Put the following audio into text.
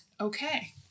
Okay